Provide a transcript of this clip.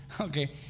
Okay